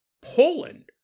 Poland